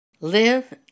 Live